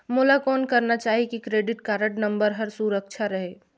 मोला कौन करना चाही की क्रेडिट कारड नम्बर हर सुरक्षित रहे?